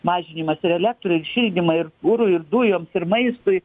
mažinimas ir elektrai ir šildymui ir kurui ir dujoms ir maistui